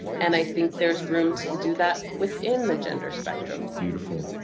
and i think there's room to do that within the gender spectrum. beautiful.